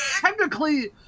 technically